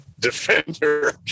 defender